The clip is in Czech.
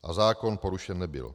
A zákon porušen nebyl.